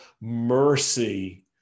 mercy